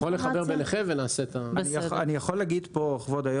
אני יכול לעשות את החיבור ביניכם.